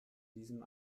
diesem